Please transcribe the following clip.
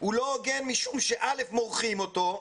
והוא לא הוגן משום שראשית, מורחים אותו,